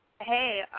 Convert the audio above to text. hey